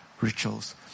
rituals